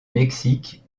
mexique